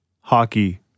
hockey